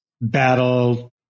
battle